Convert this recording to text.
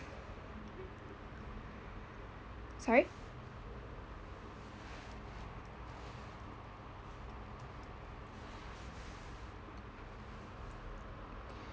sorry